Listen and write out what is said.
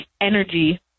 energy